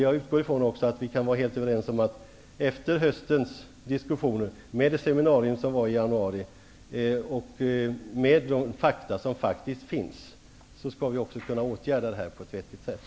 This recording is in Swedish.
Jag utgår också ifrån att vi kan vara helt överens om att vi efter höstens diskussioner, med erfarenheter av det seminarium som var i januari och med de fakta som faktiskt finns, skall kunna åtgärda detta på ett vettigt sätt.